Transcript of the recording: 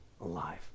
alive